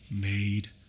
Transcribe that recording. made